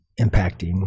impacting